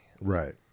Right